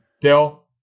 Dill